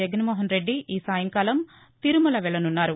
జగన్నోహన్ రెడ్డి ఈసాయంకాలం తిరుమల వెళ్లనున్నారు